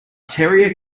terrier